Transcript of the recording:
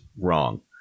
wrong